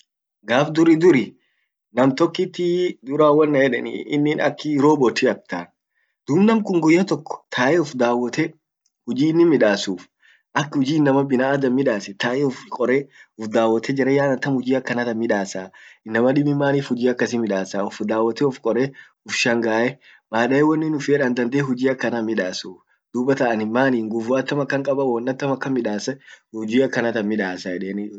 gaf duri duri nam tokkit duran wonan yeden inin aki robot actaa, dub namkun guyya tok tae ufdawwote huji inin midassuf, ak hujji inaman binaadam midasit tae uf kore, uf dawwote jaranyaa, an atam hujji atami tan midassaa? Inama dibin manif hujji akasi midassa, uf dawwote uf qorre uf shangae baadae wonnin uffin yed an dandae huji akana himmidassuu, dubatan anin maani nguvu atam akan kaba, won atam akan midasse huji akanatan midassa edeni dhidee.